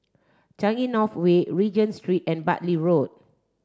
Changi North Way Regent Street and Bartley Road